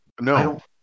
No